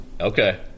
Okay